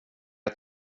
att